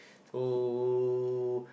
so